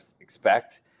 expect